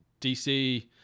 DC